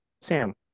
Sam